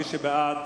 מי שבעד,